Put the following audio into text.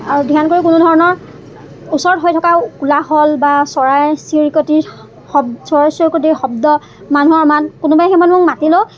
আৰু ধ্যান কৰি কোনো ধৰণৰ ওচৰত হৈ থকা কোলাহল বা চৰাই চিৰিকটিৰ শ চৰাই চিৰিকটিৰ শব্দ মানুহৰ মাত কোনোবাই সেই মানুহক মাতিলেও